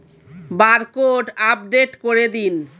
Barcode update করে দিন?